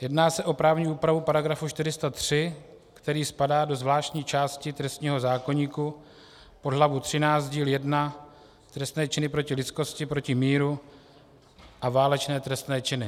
Jedná se o právní úpravu § 403, který spadá do zvláštní části trestního zákoníku pod hlavu 13 díl 1 Trestné činy proti lidskosti, proti míru a válečné trestné činy.